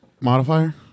Modifier